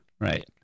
right